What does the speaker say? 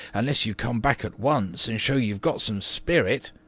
unless you come back at once and show you've got some spirit.